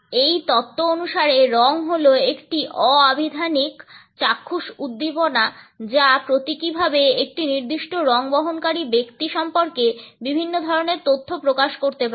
এই তত্ত্ব অনুসারে রঙ হল একটি অ আভিধানিক চাক্ষুষ উদ্দীপনা যা প্রতীকীভাবে একটি নির্দিষ্ট রঙ বহনকারী ব্যক্তি সম্পর্কে বিভিন্ন ধরণের তথ্য প্রকাশ করতে পারে